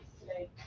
today